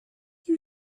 you